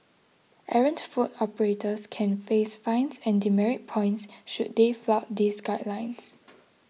errant food operators can face fines and demerit points should they flout these guidelines